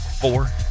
Four